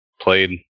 played